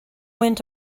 went